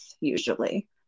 usually